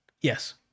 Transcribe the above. Yes